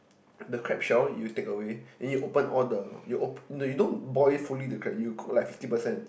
the crab shell you take away then you open all the you open no you don't boil fully the crab you cook like fifty percent